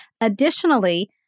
Additionally